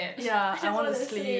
ya I wanna sleep